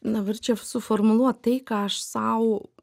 dabar čia suformuluot tai ką aš sau